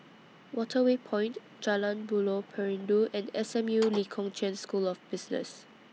Waterway Point Jalan Buloh Perindu and S M U Lee Kong Chian School of Business